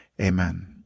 amen